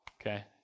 okay